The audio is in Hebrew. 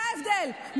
זה ההבדל,